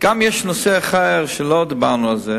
יש נושא אחר שלא דיברנו עליו,